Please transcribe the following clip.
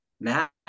Matt